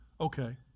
Okay